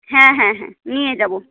হ্যাঁ হ্যাঁ হ্যাঁ নিয়ে যাব